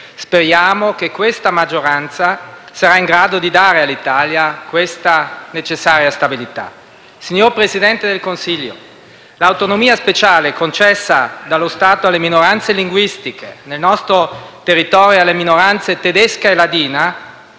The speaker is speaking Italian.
speriamo dunque che questa maggioranza sia in grado di dare all'Italia la necessaria stabilità. Signor Presidente del Consiglio, l'autonomia speciale concessa dallo Stato alle minoranze linguistiche, nel nostro territorio alle minoranze tedesca e ladina,